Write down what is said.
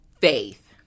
faith